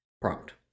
prompt